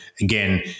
again